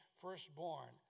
firstborn